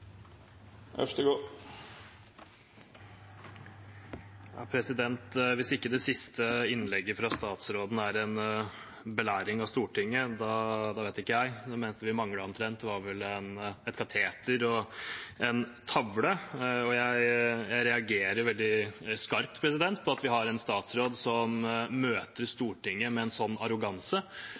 Hvis ikke det siste innlegget fra statsråden er en belæring av Stortinget, da vet ikke jeg. Det eneste vi manglet, var vel et kateter og en tavle. Jeg reagerer veldig skarpt på at vi har en statsråd som møter Stortinget med en sånn arroganse.